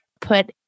put